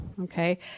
okay